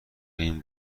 این